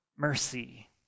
Mercy